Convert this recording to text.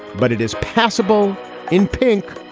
but it is passable in pink.